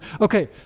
Okay